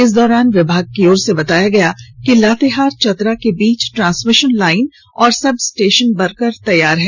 इस दौरान विभाग की ओर से बताया गया कि लातेहार चतरा के बीच ट्रांसमिशन लाइन और सब स्टेशन बनकर तैयार है